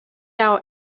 out